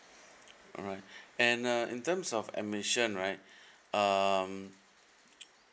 alright and uh in terms of admission right um